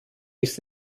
ist